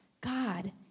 God